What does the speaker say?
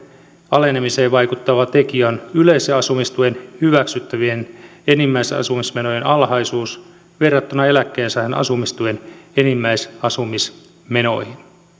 alenemiseen vaikuttava tekijä on yleisen asumistuen hyväksyttävien enimmäisasumismenojen alhaisuus verrattuna eläkkeensaajan asumistuen enimmäisasumismenoihin